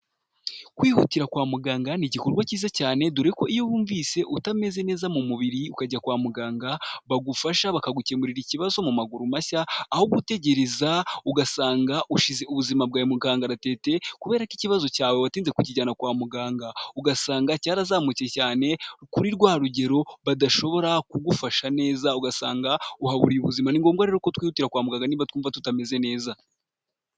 Kwihutira kwa muganga ni igikorwa cyiza cyane, dore ko iyo wumvise utameze neza mu mubiri ukajya kwa muganga, bagufasha bakagukemurira ikibazo mu maguru mashya, aho gutegereza ugasanga ushyize ubuzima bwawe mu kangaratete, kubera ko ikibazo cyawe watinze kukijyana kwa muganga. Ugasanga cyarazamutse cyane kuri rwa rugero badashobora kugufasha neza, ugasanga uhaburiye ubuzima. Ni ngombwa rero ko twihutira kwa muganga niba twumva tutameze neza.